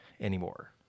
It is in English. Anymore